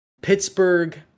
Pittsburgh